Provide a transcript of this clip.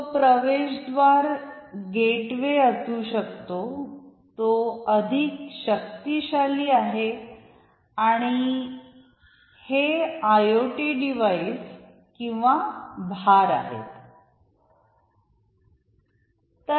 तो प्रवेशद्वार गेटवे असू शकतो तो अधिक शक्तिशाली आहे आणि हे आयओटी डिव्हाइस किंवा भार आहेत